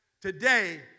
Today